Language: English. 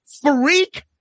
Freak